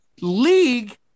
league